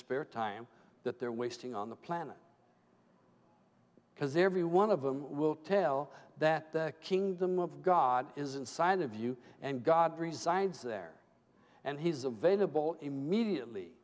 spare time that they're wasting on the planet because every one of them will tell you that the kingdom of god is inside of you and god resigns there and he's available immediately